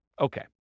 Okay